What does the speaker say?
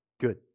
good